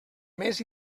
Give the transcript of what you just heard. més